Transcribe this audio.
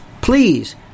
please